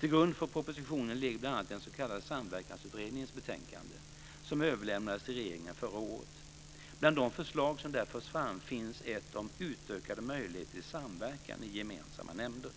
Till grund för propositionen ligger bl.a. den s.k. Samverkansutredningens betänkande , som överlämnades till regeringen förra året. Bland de förslag som där förs fram finns ett om utökade möjligheter till samverkan i gemensamma nämnder.